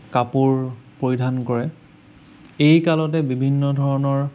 কাপোৰ পৰিধান কৰে এই কালতে বিভিন্ন ধৰণৰ